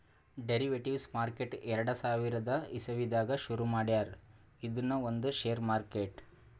derivatives market ಎರಡ ಸಾವಿರದ್ ಇಸವಿದಾಗ್ ಶುರು ಮಾಡ್ಯಾರ್ ಇದೂನು ಒಂದ್ ಷೇರ್ ಮಾರ್ಕೆಟ್